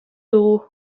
dugu